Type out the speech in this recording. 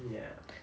ya